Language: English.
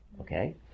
okay